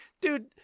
dude